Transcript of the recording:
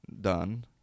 done